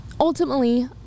ultimately